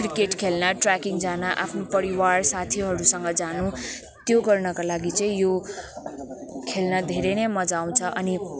cricket खेल्न trekking जान आफ्नो परिवार साथीहरूसँग जानु त्यो गर्नका लागि चाहिँ यो खेल्न धेरै नै मज्जा आउँछ अनि